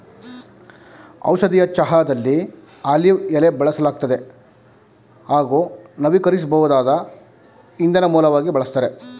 ಔಷಧೀಯ ಚಹಾದಲ್ಲಿ ಆಲಿವ್ ಎಲೆ ಬಳಸಲಾಗ್ತದೆ ಹಾಗೂ ನವೀಕರಿಸ್ಬೋದಾದ ಇಂಧನ ಮೂಲವಾಗಿ ಬಳಸ್ತಾರೆ